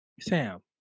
Sam